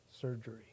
surgery